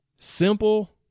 Simple